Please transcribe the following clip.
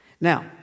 Now